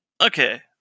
Okay